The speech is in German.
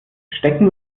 stecken